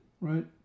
right